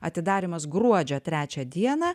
atidarymas gruodžio trečią dieną